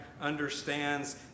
understands